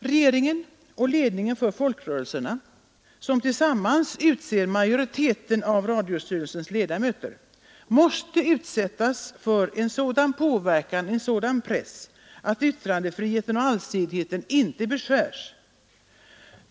Regeringen och ledningen för folkrörelserna, som tillsammans utser majoriteten av radiostyrelsens ledamöter, måste utsättas för en sådan påverkan och en sådan press att yttrandefriheten och allsidigheten inte beskärs.